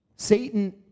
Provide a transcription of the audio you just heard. Satan